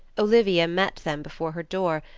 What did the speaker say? olivia met them before her door,